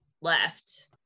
left